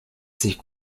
sich